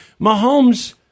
Mahomes